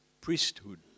priesthood